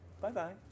Bye-bye